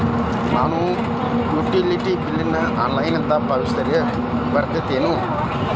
ನಾನು utility bill ನ ಆನ್ಲೈನಿಂದ ಪಾವತಿಸಿದ್ರ ಬರ್ತದೇನು?